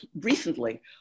recently